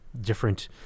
different